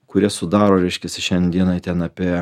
kurias sudaro reiškiasi šiandienai ten apie